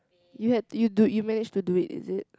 you had you do you manage to do it is it